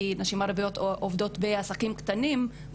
כי נשים ערביות עובדות בעסקים קטנים,